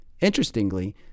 Interestingly